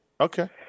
Okay